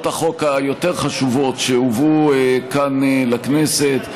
החוק היותר-חשובות שהובאו כאן לכנסת,